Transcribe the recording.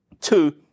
Two